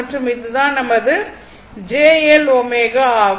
மற்றும் இது தான் நமது j L ω ஆகும்